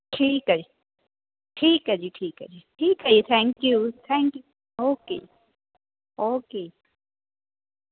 ਠੀਕ ਹੈ ਜੀ ਠੀਕ ਹੈ ਜੀ ਠੀਕ ਹੈ ਜੀ ਠੀਕ ਹੈ ਜੀ thank you thank you okay okay